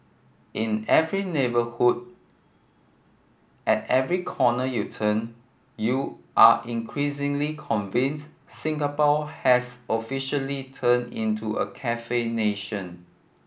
in every neighbourhood at every corner you turn you are increasingly convinced Singapore has officially turned into a cafe nation